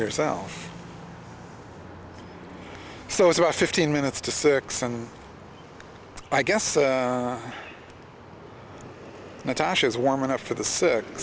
yourself so it's about fifteen minutes to six and i guess natasha is warm enough for the si